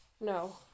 No